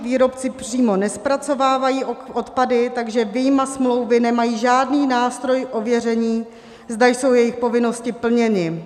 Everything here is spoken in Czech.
Výrobci přímo nezpracovávají odpady, takže vyjma smlouvy nemají žádný nástroj k ověření, zda jsou jejich povinnosti plněny.